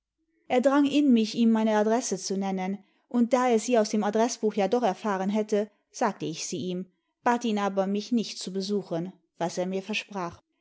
er drang in mich ihm meine adresse zu nennen und da er sie aus dem adreßbuch ja doch erfahren hätte sagte ich sie ihm bat ihn aber mich nicht zu besuchen was er mir versprach